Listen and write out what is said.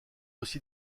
aussi